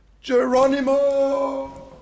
Geronimo